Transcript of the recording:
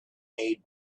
made